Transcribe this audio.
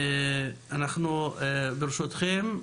ברשותכם,